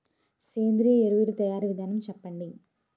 సేంద్రీయ ఎరువుల తయారీ విధానం చెప్పండి?